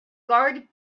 guard